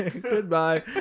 Goodbye